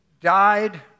died